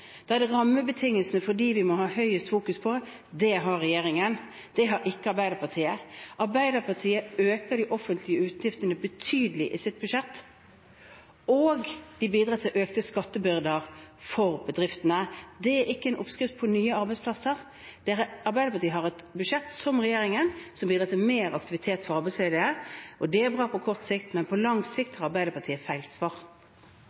Da er det rammebetingelsene for det vi må legge mest vekt på. Det gjør regjeringen, det gjør ikke Arbeiderpartiet. Arbeiderpartiet øker de offentlige utgiftene betydelig i sitt budsjett, og de bidrar til økte skattebyrder for bedriftene. Det er ikke en oppskrift på nye arbeidsplasser. Arbeiderpartiet har et budsjett – som regjeringen – som bidrar til mer aktivitet for arbeidsledige. Det er bra på kort sikt, men på lang sikt har Arbeiderpartiet feil svar.